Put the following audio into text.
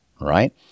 right